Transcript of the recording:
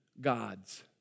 gods